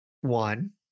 one